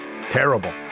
Terrible